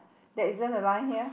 there isn't a line here